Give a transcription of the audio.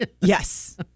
Yes